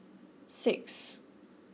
six